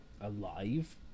alive